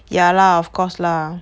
ya lah of course lah